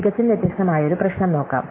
തികച്ചും വ്യത്യസ്തമായ ഒരു പ്രശ്നം നോക്കാം